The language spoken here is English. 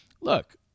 look